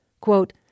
Quote